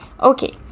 okay